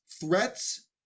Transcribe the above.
threats